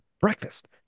breakfast